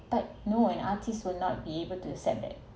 but no and artists will not be able to setback